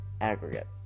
aggregate